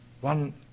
one